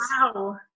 Wow